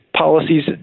policies